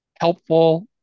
helpful